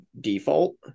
default